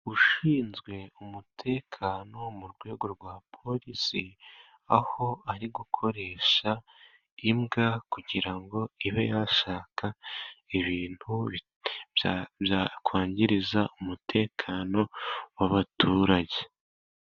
Ushinzwe umutekano mu rwego rwa polisi, aho ari gukoresha imbwa kugira ngo ibe yasaka ibintu byakwangiriza umutekano w'abaturage.